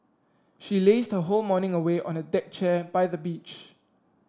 she lazed her whole morning away on a deck chair by the beach